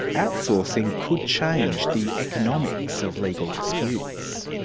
outsourcing could change the economics of legal disputes.